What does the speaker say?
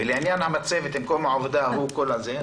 ולעניין המצבת מקום העבודה הוא כל הזה.